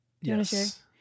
yes